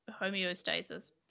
homeostasis